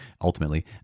ultimately